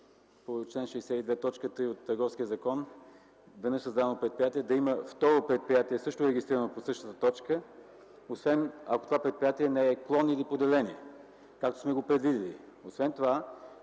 да не създава предприятие, да има второ предприятие, също регистрирано по същата точка, освен ако това предприятие не е клон или поделение, както сме го предвидили. Освен това